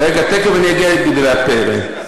רגע, תכף אני אגיע לגידולי הפרא.